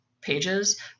pages